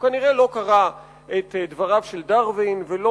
הוא כנראה לא קרא את דבריו של דרווין ולא